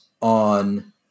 on